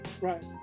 Right